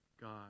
God